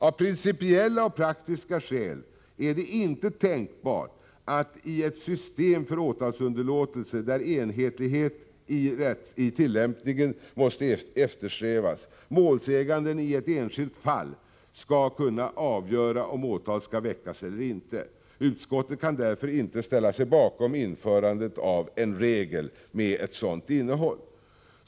Av principiella och praktiska skäl är det inte tänkbart att i ett system för åtalsunderlåtelse, där enhetlighet i tillämpningen måste eftersträvas, målsäganden i ett enskilt fall skall kunna avgöra om åtal skall väckas eller inte. Utskottet kan därför inte ställa sig bakom införandet av en regel med ett sådant innehåll.